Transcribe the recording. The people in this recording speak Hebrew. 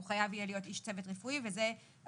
הוא חייב יהיה להיות איש צוות רפואי וזה הקטגוריות